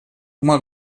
uma